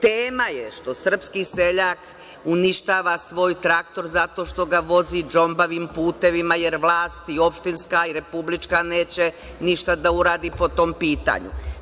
Tema je što srpski seljak uništava svoj traktor tako što ga vozi džombavim putevima, jer vlast, i opštinska i republička, neće ništa da uradi po tom pitanju.